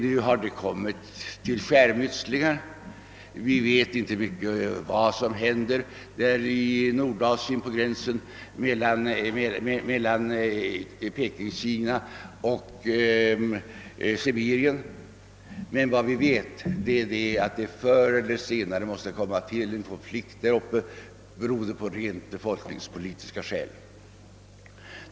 Nu har skärmytslingar ägt rum på gränsen mellan Pekingkina och Sibirien, men vi inser att det förr eller senare måste bli allvarligare motsättningar där borta av rent befolkningspolitiska skäl.